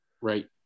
right